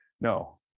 no